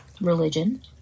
religion